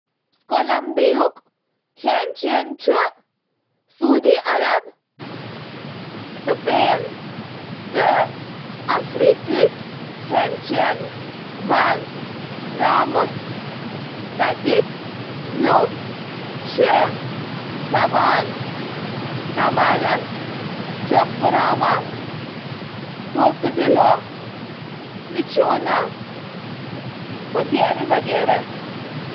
تازٕ جڑی بوٹیہٕ، مسالہٕ تہٕ سبزی استعمال کرنہٕ سۭتۍ سۭتۍ سٹو تہٕ سوپس پٮ۪ٹھ زور دِنہٕ خٲطرٕ زاننہٕ یِوان۔ یہِ چھُ پننہِ سڑکہِ کھٮ۪نہٕ خٲطرٕ تہِ زاننہٕ یِوان، یَتھ منٛز ایمپاناڈا، چوریزو، تٔلِتھ پلانٹین، آریپاس، چیچارون، تامل، تہٕ واریاہ شٲمِل چھِ۔